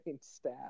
staff